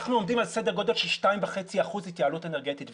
אנחנו עומדים על סדר גודל של 2.5 אחוזים התייעלות אנרגטית.